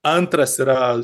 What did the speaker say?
antras yra